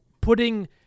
putting